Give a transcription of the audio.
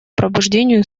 пробуждению